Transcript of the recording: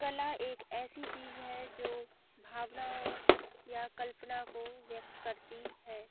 कला एक ऐसी चीज़ है जो भावनाओं या कल्पनाओं को व्यक्त करती है